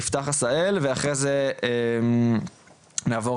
יפתח עשהאל ואחר כך רשות הדיבור תעבור